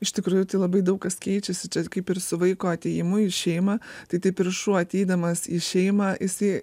iš tikrųjų labai daug kas keičiasi kaip ir su vaiko atėjimu į šeimą tai taip ir šuo ateidamas į šeimą jisai